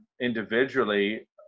individually